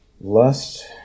Lust